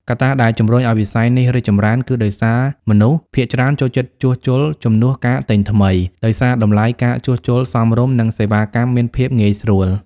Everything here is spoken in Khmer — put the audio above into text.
កត្តាដែលជម្រុញឱ្យវិស័យនេះរីកចម្រើនគឺដោយសារមនុស្សភាគច្រើនចូលចិត្តជួសជុលជំនួសការទិញថ្មី ដោយសារតម្លៃការជួសជុលសមរម្យ និងសេវាកម្មមានភាពងាយស្រួល។